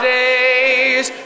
days